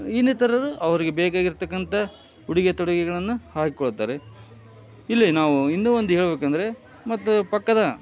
ಇನ್ನಿತರರು ಅವರಿಗೆ ಬೇಕಾಗಿರ್ತಕಂಥ ಉಡುಗೆ ತೊಡುಗೆಗಳನ್ನ ಹಾಕಿಕೊಳ್ತಾರೆ ಇಲ್ಲಿ ನಾವು ಇನ್ನು ಒಂದು ಹೇಳ್ಬೇಕಂದರೆ ಮತ್ತು ಪಕ್ಕದ